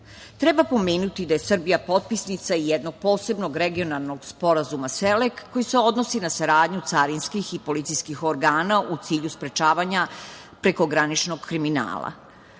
rad. Treba pomenuti da je Srbija potpisnica i jednog posebnog regionalnog sporazuma SELEK, koji se odnosi na saradnju carinskih i policijskih organa u cilju sprečavanja prekograničnog kriminala. Sledeći